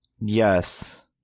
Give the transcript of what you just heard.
Yes